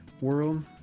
world